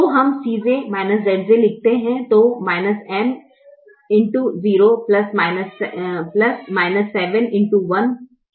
तो हम Cj Zj लिखते हैं